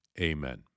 Amen